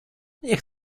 niech